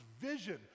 vision